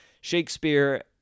Shakespeare